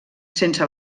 sense